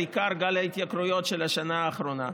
עיקר גל ההתייקרויות של השנה האחרונה,